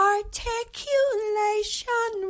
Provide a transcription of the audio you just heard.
Articulation